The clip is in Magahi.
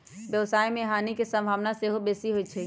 व्यवसाय में हानि के संभावना सेहो बेशी होइ छइ